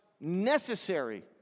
necessary